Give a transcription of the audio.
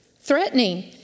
Threatening